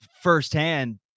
firsthand